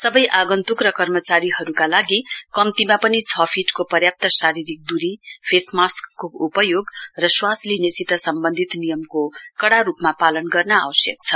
सबै आगुन्तुक र क्रमचारीहरुका लागि कम्तीमा पनि छ फीटको पर्याप्त शारीरिक दूरीफेस मास्कको उपयोग र श्वास लिनेसित सम्बन्धित कुराको कड़ा रुपमा पालन गर्न आवश्क हुनेछ